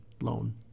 loan